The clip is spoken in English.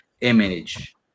image